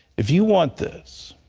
if you want this,